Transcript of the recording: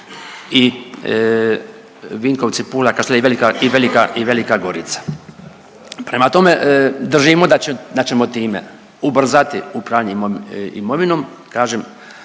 su Vinkovci, Pula, Kaštela i Velika Gorica. Prema tome, držimo da ćemo time ubrzati upravljanje imovinom